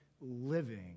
living